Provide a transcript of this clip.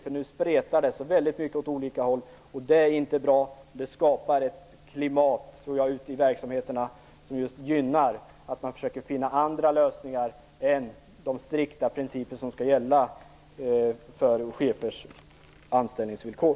Det spretar nu väldigt mycket åt olika håll, och det är inte bra. Jag tror att det skapar ett klimat ute i verksamheterna som gynnar uppkomsten av andra lösningar än sådana som följer de strikta principer som skall gälla för chefers anställningsvillkor.